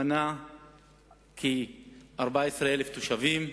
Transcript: מנה כ-14,000 תושבים,